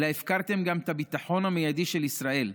אלא הפקרתם גם את הביטחון המיידי של ישראל.